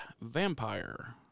vampire